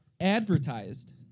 advertised